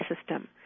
system